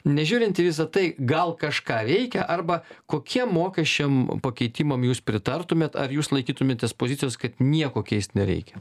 nežiūrint į visa tai gal kažką veikia arba kokiem mokesčiam pakeitimam jūs pritartumėt ar jūs laikytumėtės pozicijos kad nieko keist nereikia